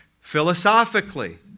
philosophically